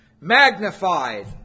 magnified